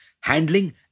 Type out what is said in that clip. handling